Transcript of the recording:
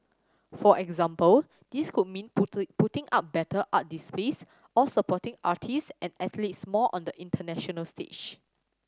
for example this could mean putter putting up better art displays or supporting artist and athletes more on the international stage